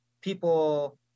people